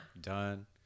done